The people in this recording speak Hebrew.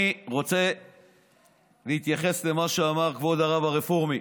אני רוצה להתייחס למה שאמר כבוד הרב הרפורמי.